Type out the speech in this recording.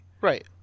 Right